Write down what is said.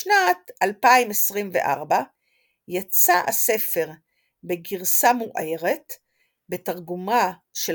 בשנת 2024 יצא הספר בגרסה מוערת בתרגומה של